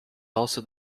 also